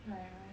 alright alright